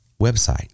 website